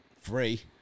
free